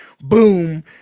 boom